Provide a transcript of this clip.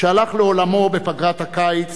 שהלך לעולמו בפגרת הקיץ